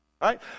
right